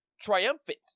triumphant